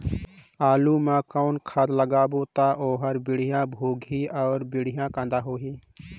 आलू मा कौन खाद लगाबो ता ओहार बेडिया भोगही अउ बेडिया कन्द होही?